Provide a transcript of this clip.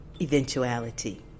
eventuality